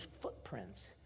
footprints